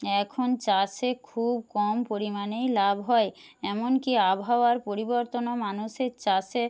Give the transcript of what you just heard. এখন চাষে খুব কম পরিমাণেই লাভ হয় এমনকি আবহাওয়ার পরিবর্তনও মানুষের চাষে